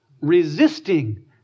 resisting